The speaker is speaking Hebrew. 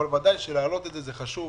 אבל ודאי שלהעלות את זה, זה חשוב.